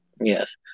yes